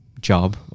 job